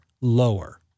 lower